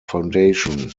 foundation